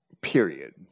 period